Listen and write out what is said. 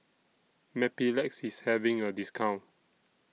Mepilex IS having A discount